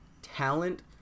talent